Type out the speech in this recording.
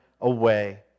away